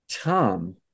Tom